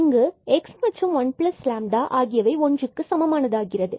இங்கு x மற்றும் 1λ ஆகியவை ஒன்றுக்கு சமமாகிறது